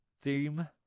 theme